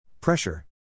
Pressure